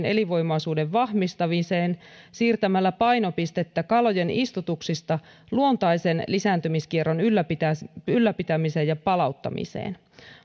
elinvoimaisuuden vahvistamiseen siirtämällä painopistettä kalojen istutuksista luontaisen lisääntymiskierron ylläpitämiseen ylläpitämiseen ja palauttamiseen